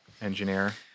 engineer